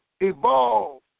evolve